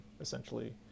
essentially